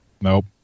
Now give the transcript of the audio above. Nope